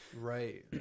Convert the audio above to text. Right